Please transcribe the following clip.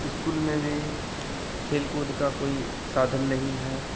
school में भी खेल कूद का कोई साधन नहीं है